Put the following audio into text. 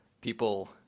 people